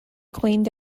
cleaned